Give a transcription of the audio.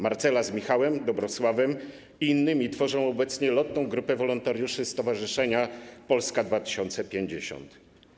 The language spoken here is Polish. Marcela z Michałem, Dobrosławem i innymi tworzą obecnie lotną grupę wolontariuszy Stowarzyszenia Polska 2050.